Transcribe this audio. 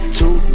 two